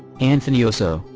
anthony osso,